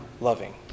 loving